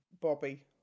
Bobby